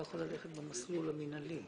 עד סעיף 81 נתקבלו.